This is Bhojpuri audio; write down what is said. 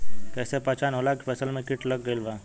कैसे पहचान होला की फसल में कीट लग गईल बा?